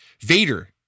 Vader